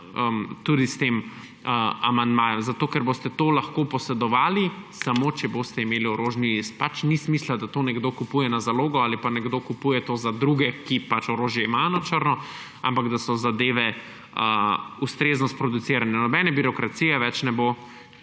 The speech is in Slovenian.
tudi s tem amandmajem, ker boste to lahko posedovali, samo če boste imeli orožni list. Nima smisla, da to nekdo kupuje na zalogo ali pa nekdo kupuje to za druge, ki imajo orožje na črno, ampak da so zadeve ustrezno sproducirane. Nobene birokracije več ne bo,